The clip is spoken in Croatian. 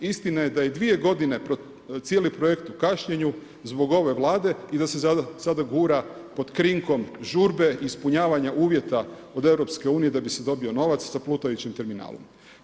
Istina je da je 2 godine cijeli projekt u kašnjenju zbog ove Vlade i da se sada gura pod krinkom žurbe ispunjavanja uvjeta od EU da bi se dobio novac sa plutajućim terminalom.